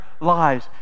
lies